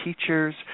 teachers